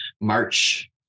March